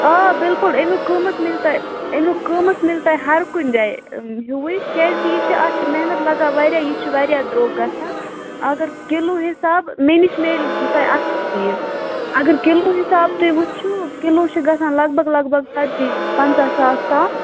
آ بِلکُل اَمیُک قۭمتھ میلہِ تۄہہِ اَمیُک قۭمتھ میلہِ تۄہہِ ہَر کُنہِ جایہِ ہِوُے کیٛازِکہِ یہِ چھِ اَتھ چھِ محنت لگان واریاہ یہِ چھُ واریاہ درٛۅگ گَژھان اَگر کِلوٗ حِساب مےٚ نِش میٚلہِ تۄہہِ اَصٕل چیٖز اَگر کِلوٗ حِساب تُہۍ وُچھو کِلوٗ چھُ گَژھان لگ بگ لگ بگ ژَتجی پنٛژاہ ساس تام